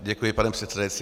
Děkuji, pane předsedající.